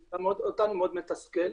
זה אותנו מאוד מתסכל,